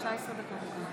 מצביע יעקב ליצמן,